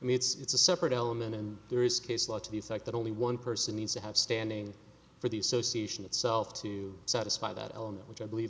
i mean it's a separate element and there is case law to the effect that only one person needs to have standing for the association itself to satisfy that element which i believe